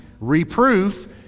reproof